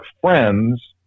friends